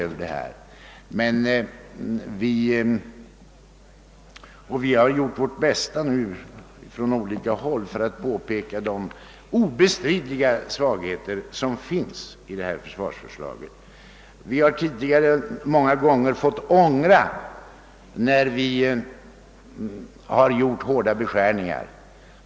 Vi har från olika håll gjort vårt bästa för att påpeka de obestridliga svagheter som finns i denna försvarsbudget. Man har tidigare många gånger fått ångra att man gjorde hårda beskärningar.